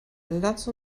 lass